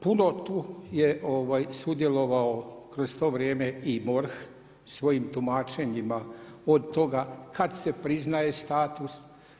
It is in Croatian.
Puno tu je sudjelovao kroz to vrijeme i DORH svojim tumačenjima o toga kad se priznaje status.